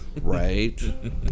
Right